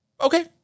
Okay